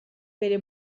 bere